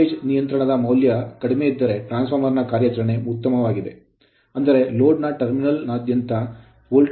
voltage ನಿಯಂತ್ರಣದ ಮೌಲ್ಯ ಕಡಿಮೆ ಇದ್ದರೆ ಟ್ರಾನ್ಸ್ ಫಾರ್ಮರ್ ನ ಕಾರ್ಯಾಚರಣೆ ಉತ್ತಮವಾಗಿದೆ ಅಂದರೆ ಲೋಡ್ ನ ಟರ್ಮಿನಲ್ ನಾದ್ಯಂತ ವೋಲ್ಟೇಜ್ ಉತ್ತಮವಾಗಿರುತ್ತದೆ